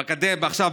עכשיו,